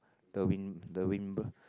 the wind the wind b~